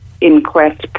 inquest